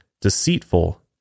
deceitful